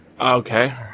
Okay